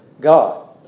God